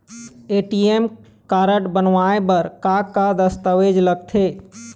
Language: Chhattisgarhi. ए.टी.एम कारड बनवाए बर का का दस्तावेज लगथे?